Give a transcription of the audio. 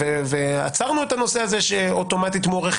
גם עצרנו את הנושא הזה שההתיישנות מוארכת,